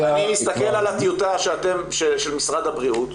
--- אני מסתכל על הטיוטה של משרד הבריאות,